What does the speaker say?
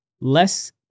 less